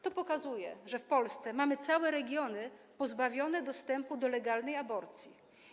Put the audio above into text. To pokazuje, że w Polsce mamy całe regiony pozbawione dostępu do legalnej aborcji.